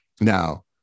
Now